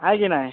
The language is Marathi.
आहे की नाही